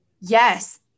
yes